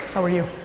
are you?